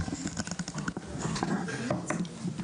בבקשה.